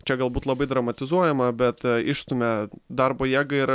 čia galbūt labai dramatizuojama bet išstumia darbo jėgą ir